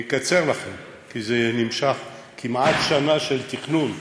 אני אקצר לכם, כי זה נמשך, כמעט שנה של תכנון,